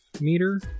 meter